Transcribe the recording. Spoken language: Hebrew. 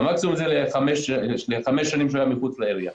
אז המקסימום זה לחמש שנים שהוא היה מחוץ לעירייה,